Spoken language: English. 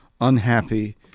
unhappy